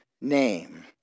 name